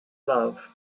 love